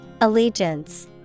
Allegiance